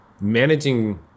managing